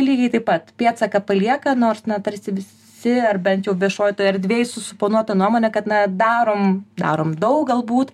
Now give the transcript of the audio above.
lygiai taip pat pėdsaką palieka nors na tarsi visi ar bent jau viešoj toj erdvėj su suponuota nuomone kad na darom darom daug galbūt